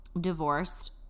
divorced